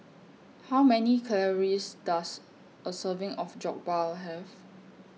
How Many Calories Does A Serving of Jokbal Have